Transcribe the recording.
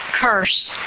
curse